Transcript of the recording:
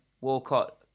Walcott